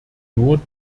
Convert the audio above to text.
nur